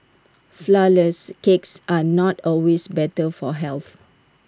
Flourless Cakes are not always better for health